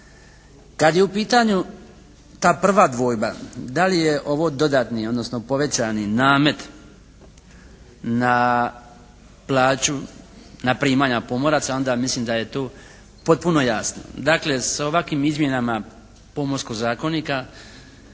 Kada je u pitanju ta prva dvojba da li je ovo dodatni, odnosno povećani namet na plaću, na primanja pomoraca onda mislim da je tu potpuno jasno. Dakle sa ovakvim izmjenama Pomorskog zakonika